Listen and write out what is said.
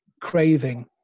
craving